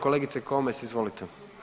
Kolegice Komes izvolite.